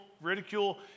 ridicule